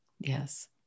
yes